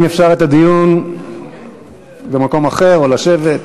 אם אפשר לקיים את הדיון במקום אחר או לשבת,